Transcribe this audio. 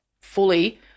fully